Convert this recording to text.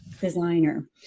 designer